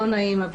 לא נעים,